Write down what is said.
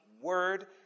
word